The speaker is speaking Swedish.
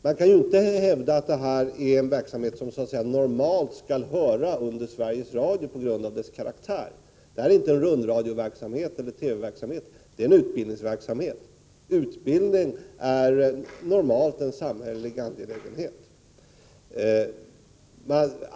Man kan ju inte hävda att det här är en verksamhet som så att säga normalt skall höra under Sveriges Radio på grund av verksamhetens karaktär. Det här är inte en rundradioverksamhet eller en TV-verksamhet— det är en utbildningsverksamhet. Och utbildning är normalt en samhällelig angelägenhet.